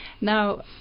Now